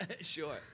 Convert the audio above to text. Sure